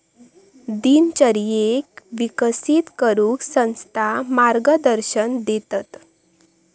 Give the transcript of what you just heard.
दिनचर्येक विकसित करूक संस्था मार्गदर्शन देतत